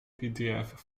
pdf